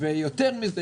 יותר מזה,